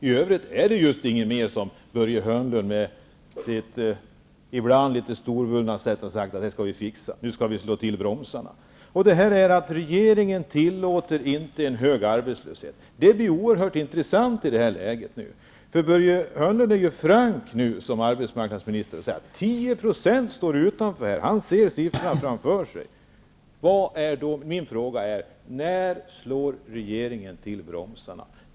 I övrigt har Börje Hörnlund inte fixat just någonting, trots sitt ibland litet storvulna sätt att säga att han skall slå till bromsarna. Uttalandet att regeringen inte tillåter en hög arbetslöshet blir mot den bakgrunden oerhört intressant. Börje Hörnlund är nu som arbetsmarknadsminister frank och säger att 10 % står utanför arbetsmarknaden. Han ser siffran framför sig. Min fråga är då: När slår regeringen till bromsarna?